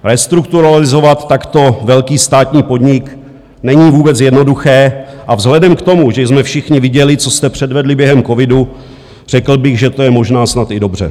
Restrukturalizovat takto velký státní podnik není vůbec jednoduché a vzhledem k tomu, že jsme všichni viděli, co jste předvedli během covidu, řekl bych, že to je možná snad i dobře.